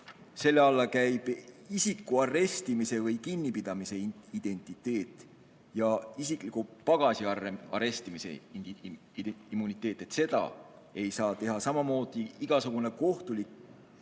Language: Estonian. selle alla käib isiku arestimise või kinnipidamise immuniteet ja isikliku pagasi arestimise immuniteet, seda ei saa teha. Samamoodi igasugune kohtulik